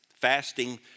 fasting